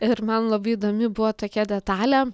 ir man labai įdomi buvo tokia detalė